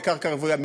בקרקע רוויה,